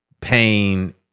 pain